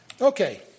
Okay